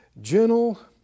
gentle